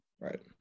Right